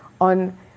on